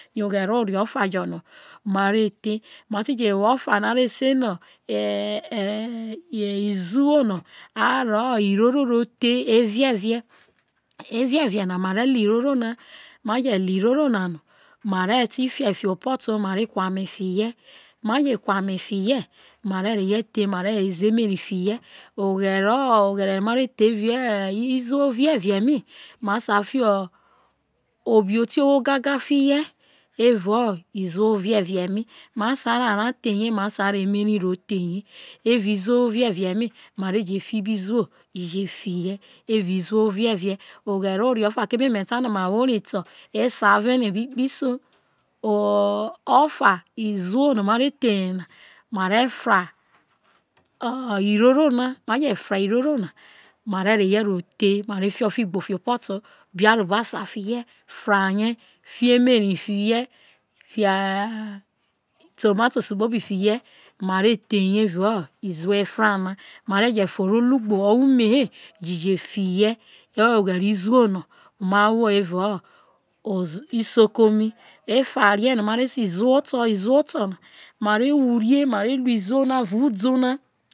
Ye ofa jo no ma re the ma ti je wo ofa o̱ a re se no̱ izo no a reho iroro the koyeho eve̱ve̱ oye no ma re lo irro na ma na ma re lo̱ irro na ma je lo iroro na no ma leti fa fiho opo̱ to ma le ku ame fiho ma re reho the ma ve weze emeri fihe oghere noma re tho eveve mi ho ma sai reho areo the re ofa ma re fi ofigbo fiho opo̱to ma ve fra ye ofa izo oto̱ izo oto̱ na ma re ru izo na evo udo na.